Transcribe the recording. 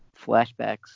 flashbacks